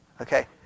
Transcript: Okay